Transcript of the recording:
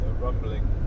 rumbling